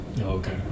Okay